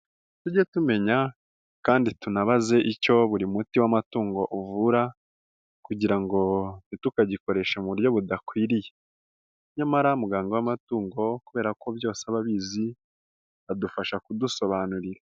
Tujye tumenya kandi tunabaze icyo buri muti w'amatungo uvura kugira ngo ntitukagikoreshe mu buryo budakwiriye, nyamara muganga w'amatungo kubera ko byose aba abizi adufasha kudusobanurira.